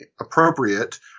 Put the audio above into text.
appropriate